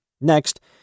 Next